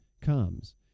comes